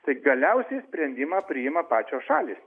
tai galiausiai sprendimą priima pačios šalys